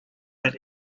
that